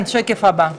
בשקף הבא,